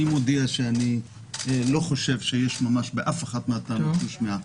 אני מודיע שאני לא חושב שיש ממש באף אחת מהטענות שנשמעה,